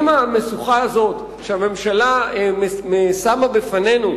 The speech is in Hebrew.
אם המשוכה הזאת שהממשלה שמה בפנינו,